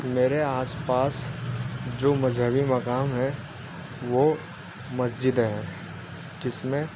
میرے آس پاس جو مذہبی مقام ہیں وہ مسجدیں ہیں جس میں